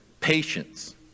patience